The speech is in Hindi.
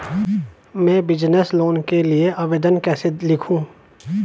मैं बिज़नेस लोन के लिए आवेदन कैसे लिखूँ?